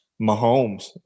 Mahomes